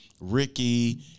Ricky